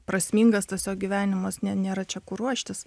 prasmingas tas jo gyvenimas nė nėra čia kur ruoštis